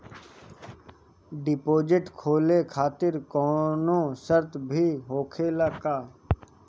Deposit खोले खातिर कौनो शर्त भी होखेला का?